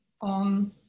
on